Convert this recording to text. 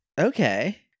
Okay